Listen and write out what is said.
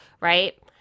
right